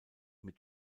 mit